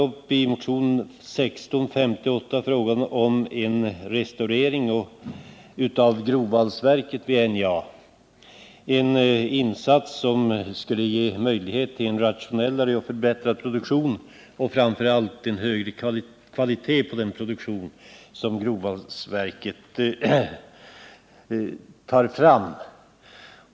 Vi har i motionen 1658 tagit upp frågan om restaurering av grovvalsverket i NJA — en insats som skulle ge möjlighet för rationellare och förbättrad produktion och framför allt en högre kvalitet på den produktion som grovvalsverket producerar.